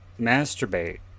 masturbate